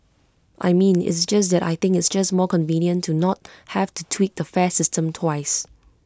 I mean it's just that I think it's just more convenient to not have to tweak the fare system twice